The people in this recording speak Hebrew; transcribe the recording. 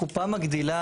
קופה מגדילה,